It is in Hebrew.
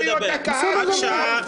כלום.